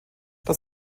das